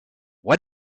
why